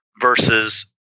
versus